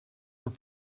were